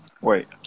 Wait